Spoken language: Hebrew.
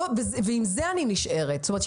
אז חבל,